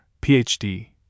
Ph.D